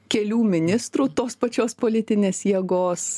kelių ministrų tos pačios politinės jėgos